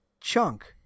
chunk